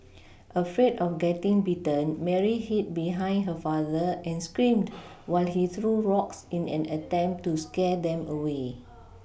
afraid of getting bitten Mary hid behind her father and screamed while he threw rocks in an attempt to scare them away